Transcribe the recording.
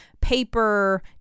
paper